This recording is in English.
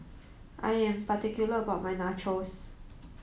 I am particular about my Nachos